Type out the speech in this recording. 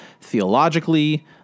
theologically